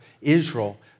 Israel